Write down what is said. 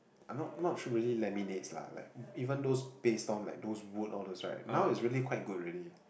I'm not not so many really laminates lah like even those paste on like those wood all those right now it's really quite good already